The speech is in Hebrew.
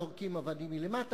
זורקים אבנים מלמטה,